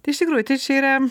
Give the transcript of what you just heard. tai iš tikrųjų tai čia yra